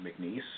McNeese